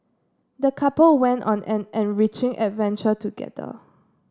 the couple went on an enriching adventure together